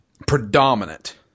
Predominant